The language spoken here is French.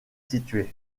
situé